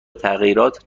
تغییرات